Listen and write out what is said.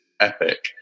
epic